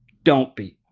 don't be.